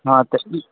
हँ तऽ ई